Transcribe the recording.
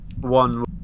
one